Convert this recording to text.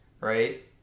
right